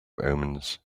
omens